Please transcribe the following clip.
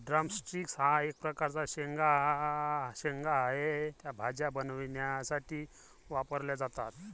drum sticks हा एक प्रकारचा शेंगा आहे, त्या भाज्या बनवण्यासाठी वापरल्या जातात